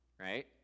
Right